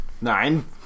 Nine